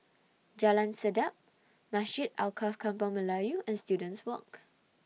Jalan Sedap Masjid Alkaff Kampung Melayu and Students Walk